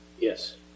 Yes